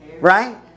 right